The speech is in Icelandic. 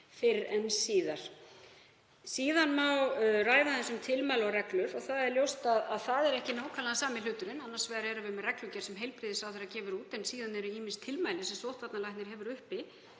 fyrr en síðar. Síðan má ræða aðeins um tilmæli og reglur. Það er ljóst að það er ekki nákvæmlega sami hluturinn. Annars vegar erum við með reglugerð sem heilbrigðisráðherra gefur út en síðan eru ýmis tilmæli frá sóttvarnalækni. Það er